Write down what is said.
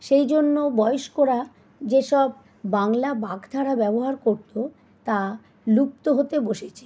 সেই জন্য বয়স্করা যেসব বাংলা বাগ্ধারা ব্যবহার করত তা লুপ্ত হতে বসেছে